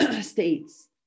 states